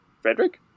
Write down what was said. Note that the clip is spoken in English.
Frederick